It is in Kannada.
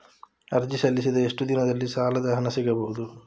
ಅರ್ಜಿ ಸಲ್ಲಿಸಿದ ಎಷ್ಟು ದಿನದಲ್ಲಿ ಸಾಲದ ಹಣ ಸಿಗಬಹುದು?